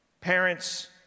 Parents